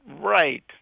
right